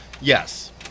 yes